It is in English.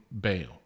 bail